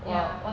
ya